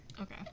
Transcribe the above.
Okay